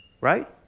right